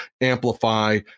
amplify